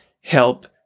help